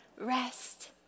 Rest